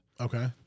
okay